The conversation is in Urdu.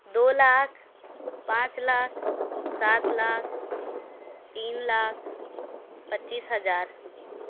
دو لاکھ پانچ لاکھ سات لاکھ تین لاکھ پچیس ہزار